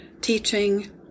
teaching